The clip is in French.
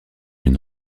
une